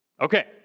Okay